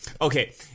Okay